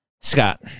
Scott